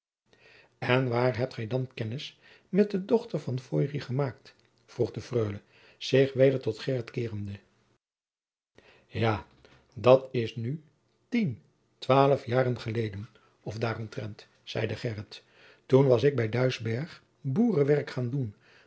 en waar hebt gij dan kennis met de dochter van feurich gemaakt vroeg de freule zich weder tot gheryt keerende jaô dat is nu tien twaôlf jaôren eleden of daôromtrent zeide gheryt toen was ik bij duisburg boerewerk gaôn doen